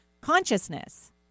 consciousness